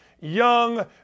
Young